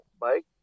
Mike